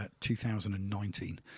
2019